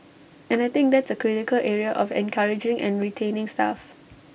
and I think that's A critical area of encouraging and retaining staff